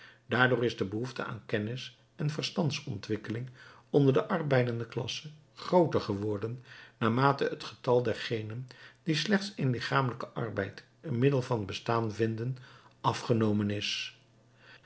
daardoor is de behoefte aan kennis en verstandsontwikkeling onder de arbeidende klasse grooter geworden naarmate het getal dergenen die slechts in lichamelijken arbeid een middel van bestaan vinden afgenomen is